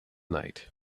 night